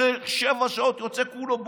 אחרי שבע שעות יוצא בוכה כולו,